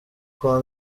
kuba